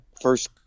first